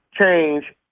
change